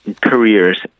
careers